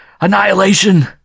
Annihilation